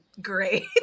great